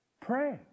pray